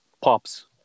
pops